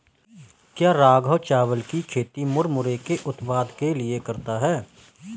क्या राघव चावल की खेती मुरमुरे के उत्पाद के लिए करता है?